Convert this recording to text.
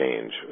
change